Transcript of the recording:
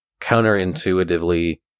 counterintuitively